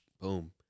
Boom